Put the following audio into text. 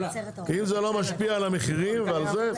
אם זה לא משפיע על המחירים ועל זה,